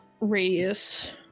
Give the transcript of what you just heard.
radius